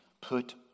put